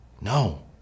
No